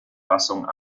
fassung